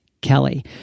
Kelly